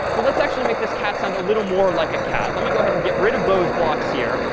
well, let's actually make this cat sound a little more like a cat. let me go ahead and get rid of those blocks here,